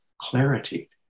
clarity